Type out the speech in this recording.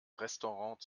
restaurant